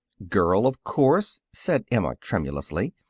girl, of course, said emma tremulously,